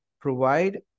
provide